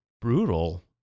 brutal